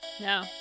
No